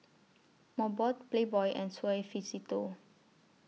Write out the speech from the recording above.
Mobot Playboy and Suavecito